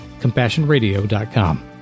CompassionRadio.com